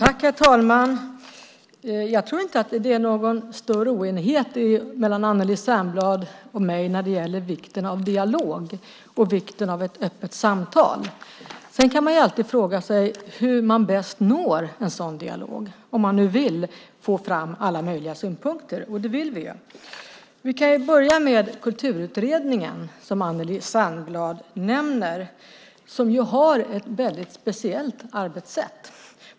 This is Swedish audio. Herr talman! Jag tror inte att det är någon större oenighet mellan Anneli Särnblad och mig när det gäller vikten av dialog och vikten av ett öppet samtal. Sedan kan man alltid fråga sig hur man bäst når en sådan dialog, om man vill få fram alla möjliga synpunkter. Det vill vi. Vi kan börja med Kulturutredningen, som Anneli Särnblad nämner. Den har ett speciellt arbetssätt.